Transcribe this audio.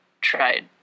tried